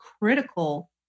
critical